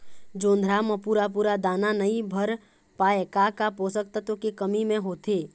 जोंधरा म पूरा पूरा दाना नई भर पाए का का पोषक तत्व के कमी मे होथे?